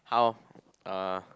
how uh